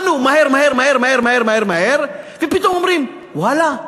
בנו מהר מהר מהר מהר מהר מהר ופתאום אומרים: ואללה,